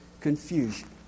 confusion